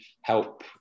help